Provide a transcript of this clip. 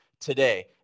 today